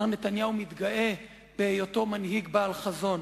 מר נתניהו מתגאה בהיותו מנהיג בעל חזון.